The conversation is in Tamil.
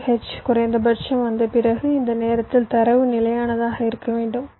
C to h குறைந்தபட்சம் வந்த பிறகு இந்த நேரத்தில் தரவு நிலையானதாக இருக்க வேண்டும்